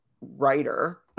writer